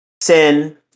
Sin